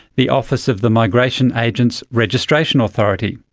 the office of the migration agent's registration authority.